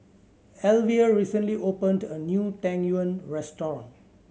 Alvia recently opened a new Tang Yuen restaurant